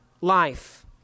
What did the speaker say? life